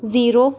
zero